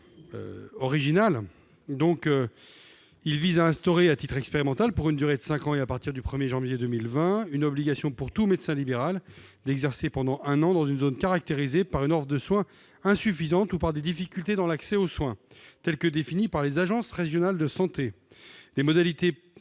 médicale, il vise à instaurer, à titre expérimental, pour une durée cinq ans à partir du 1 juillet 2020, l'obligation pour tout nouveau médecin libéral d'exercer pendant un an dans une zone caractérisée par une offre de soins insuffisante ou par des difficultés dans l'accès aux soins, selon la définition des agences régionales de santé. Les modalités